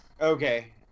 okay